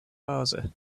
plaza